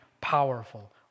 powerful